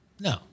No